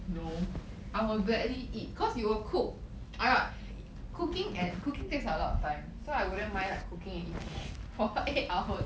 no I will gladly eat because you will cook I got cooking at cooking takes a lot of time so I wouldn't mind like cooking and eating for eight hours